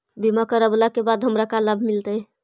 बीमा करवला के बाद हमरा का लाभ मिलतै?